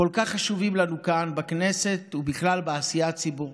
כל כך חשובים לנו כאן בכנסת ובכלל בעשייה הציבורית.